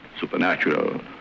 Supernatural